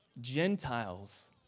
Gentiles